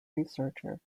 researcher